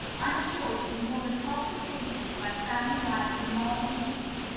i am sure that in more than half the cases where family life is marred in peace,